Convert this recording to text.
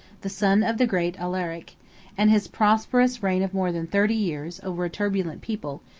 the son of the great alaric and his prosperous reign of more than thirty years, over a turbulent people,